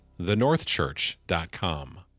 thenorthchurch.com